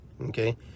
okay